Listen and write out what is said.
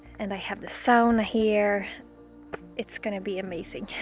and i have the sauna here it's gonna be amazing